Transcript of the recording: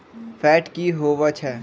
Fat की होवछै?